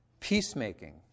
peacemaking